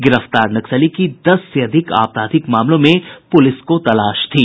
गिरफ्तार नक्सली की दस से अधिक आपराधिक मामलों में पुलिस को तलाश थी